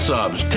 Subs